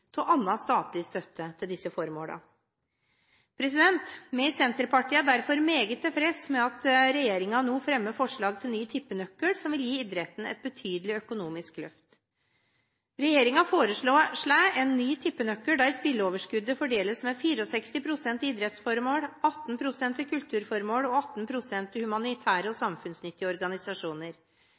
av annen statlig støtte til disse formålene. Vi i Senterpartiet er derfor meget tilfreds med at regjeringen nå fremmer forslag til ny tippenøkkel, som vil gi idretten et betydelig økonomisk løft. Regjeringen foreslår en ny tippenøkkel der spilleoverskuddet fordeles med 64 pst. til idrettsformål, 18 pst. til kulturformål og 18 pst. til humanitære og samfunnsnyttige organisasjoner.